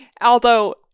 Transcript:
Although-